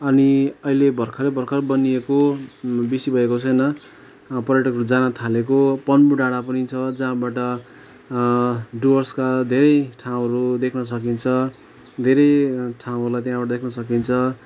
अनि अहिले भर्खरै भर्खर बनिएको बेसी भएको छैन पर्यटकहरू जान थालेको पन्बू डाँडा पनि छ जहाँबाट डुवर्सका धेरै ठाउँहरू देख्न सकिन्छ धेरै ठाउँहरूलाई त्यहाँबाट देख्न सकिन्छ